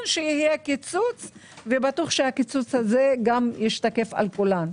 שיהיה קיצוץ ובטוח שהוא גם ישתקף על כולם.